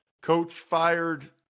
coach-fired